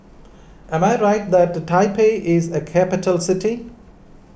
am I right that Taipei is a capital city